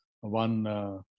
one